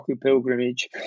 pilgrimage